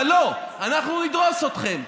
אבל לא, אנחנו נדרוס אתכם.